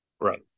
Right